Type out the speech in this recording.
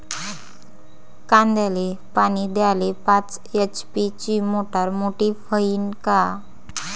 कांद्याले पानी द्याले पाच एच.पी ची मोटार मोटी व्हईन का?